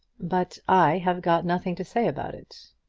but i have got nothing to say about it.